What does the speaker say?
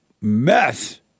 mess